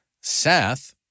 Seth